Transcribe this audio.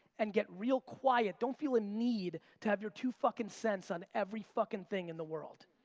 and get real quiet, don't feel a need to have your two fucking cents on every fucking thing in the world.